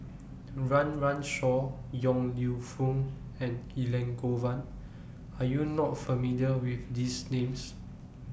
Run Run Shaw Yong Lew Foong and Elangovan Are YOU not familiar with These Names